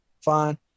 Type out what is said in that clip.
fine